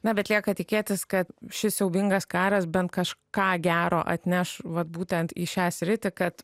na bet lieka tikėtis kad šis siaubingas karas bent kažką gero atneš vat būtent į šią sritį kad